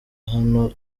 hano